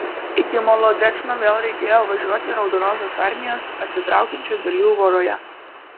iki molodečno vėl reikėjo važiuoti raudonosios armijos atsitraukiančių dalių voroje